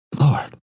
Lord